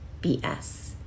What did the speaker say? BS